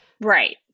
Right